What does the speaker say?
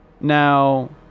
Now